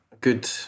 good